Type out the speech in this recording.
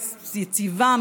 יציבה,